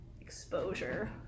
exposure